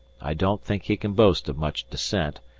i don't think he can boast of much descent,